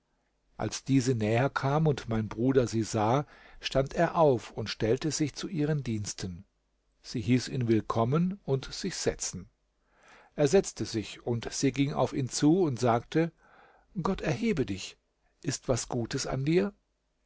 als diese näher kam und mein bruder sie sah stand er auf und stellte sich zu ihren diensten sie hieß ihn willkommen und sich setzen er setzte sich und sie ging auf ihn zu und sagte gott erhebe dich ist was gutes an dir